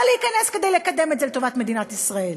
להיכנס כדי לקדם את זה לטובת מדינת ישראל.